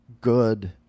good